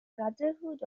brotherhood